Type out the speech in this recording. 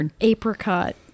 apricot